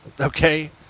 Okay